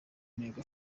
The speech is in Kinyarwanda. ntego